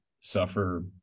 suffer